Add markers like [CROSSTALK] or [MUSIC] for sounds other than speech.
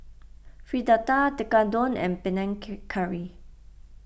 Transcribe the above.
Fritada Tekkadon and Panang [UNINTELLIGIBLE] Curry